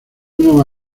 una